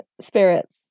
spirits